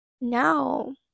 Now